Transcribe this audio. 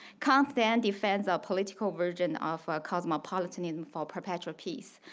kant then defends our political version of cosmopolitanism for perpetual peace.